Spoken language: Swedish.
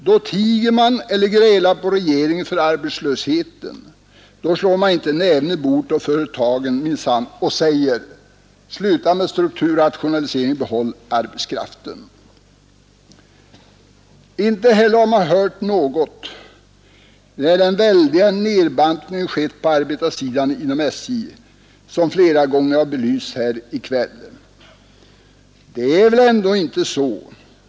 Då tiger man eller grälar på regeringen för arbetslösheten. Då slår man minsann inte näven i bordet åt företagarna och säger: Sluta med strukturrationaliseringen och behåll arbetskraften! Inte heller har man hört något när den väldiga nedbantningen skett på arbetarsidan inom SJ, som flera gånger har belysts här i kväll.